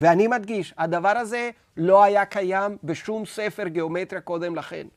ואני מדגיש, הדבר הזה לא היה קיים בשום ספר גיאומטריה קודם לכן.